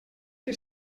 que